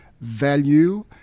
value